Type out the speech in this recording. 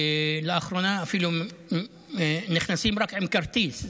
לאחרונה אפילו נכנסים רק עם כרטיס,